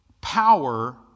power